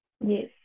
Yes